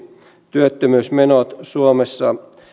työttömyysmenot suomessa